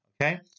Okay